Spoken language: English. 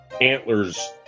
antlers